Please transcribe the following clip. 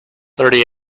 thirty